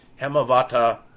Hemavata